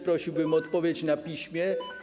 Prosiłbym o odpowiedź na piśmie.